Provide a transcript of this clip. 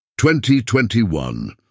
2021